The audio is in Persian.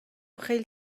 خیلی